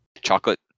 chocolate